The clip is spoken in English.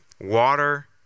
water